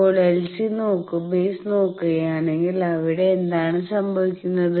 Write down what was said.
ഇപ്പോൾ LC base നോക്കുകയാണെങ്കിൽ അവിടെ എന്താണ് സംഭവിക്കുന്നത്